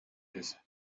رسد